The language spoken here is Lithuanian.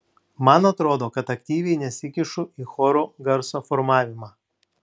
man atrodo kad aktyviai nesikišu į choro garso formavimą